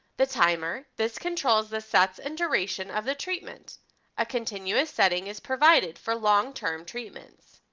the timer this controls the sets and duration of the treatment a continuous setting is provided for long-term treatments.